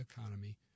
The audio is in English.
economy